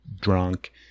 drunk